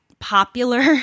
popular